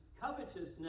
covetousness